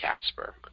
Casper